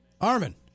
Armin